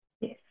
yes